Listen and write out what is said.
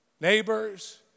neighbors